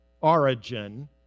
origin